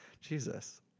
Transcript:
Jesus